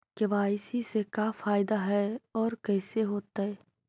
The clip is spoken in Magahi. के.वाई.सी से का फायदा है और कैसे होतै?